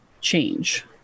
change